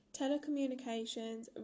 telecommunications